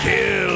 Kill